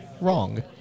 wrong